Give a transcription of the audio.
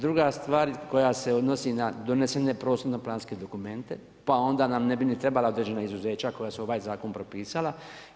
Druga stvar koja se odnosi na donesene prostorno planske dokumente pa onda nam ne bi ni trebala određena izuzeća koja su ovaj zakon propisala.